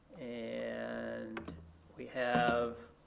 and we have.